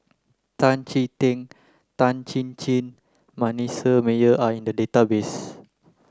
Tan Chee Teck Tan Chin Chin Manasseh Meyer are in the database